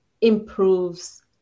improves